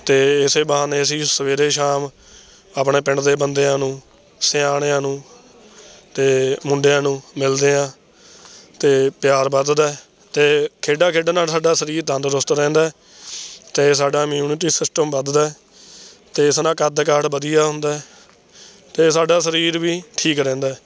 ਅਤੇ ਇਸ ਬਹਾਨੇ ਅਸੀਂ ਸਵੇਰੇ ਸ਼ਾਮ ਆਪਣੇ ਪਿੰਡ ਦੇ ਬੰਦਿਆਂ ਨੂੰ ਸਿਆਣਿਆਂ ਨੂੰ ਅਤੇ ਮੁੰਡਿਆਂ ਨੂੰ ਮਿਲਦੇ ਹਾਂ ਅਤੇ ਪਿਆਰ ਵੱਧਦਾ ਅਤੇ ਖੇਡਾਂ ਖੇਡਣ ਨਾਲ ਸਾਡਾ ਸਰੀਰ ਤੰਦਰੁਸਤ ਰਹਿੰਦਾ ਅਤੇ ਸਾਡਾ ਇਮਊਨਟੀ ਸਿਸਟਮ ਵੱਧਦਾ ਅਤੇ ਇਸ ਨਾਲ ਕੱਦ ਕਾਠ ਵਧੀਆ ਹੁੰਦਾ ਅਤੇ ਸਾਡਾ ਸਰੀਰ ਵੀ ਠੀਕ ਰਹਿੰਦਾ